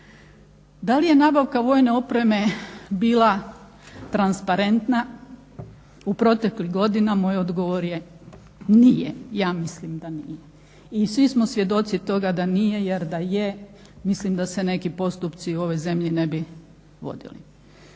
Da li je nabavka vojne opreme bila transparentna u proteklih godina moj odgovor je nije, ja mislim da nije. I svi smo svjedoci toga da nije jer da je mislim da se neki postupci u ovoj zemlji ne bi vodili.